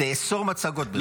תאסור מצגות בוועדה.